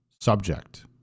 subject